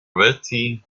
witty